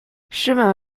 chemin